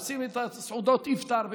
עושים את סעודות האיפטאר,